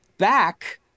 Back